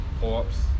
pull-ups